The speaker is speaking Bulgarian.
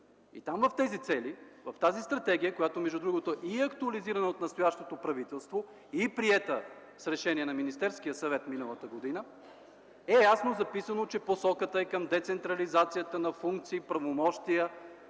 Там в тези цели, в тази стратегия, която между другото е и актуализирана от настоящото правителство, и приета с решение на Министерския съвет миналата година, е ясно записано, че посоката е към децентрализацията на функции, правомощия